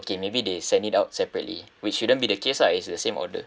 okay maybe they send it out separately which shouldn't be the case ah it's the same order